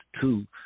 two